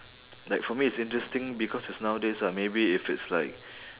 like for me it's interesting because it's nowadays ah maybe if it's like